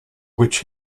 which